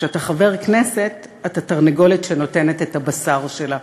כשאתה חבר כנסת אתה תרנגולת שנותנת את הבשר שלה.